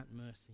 mercy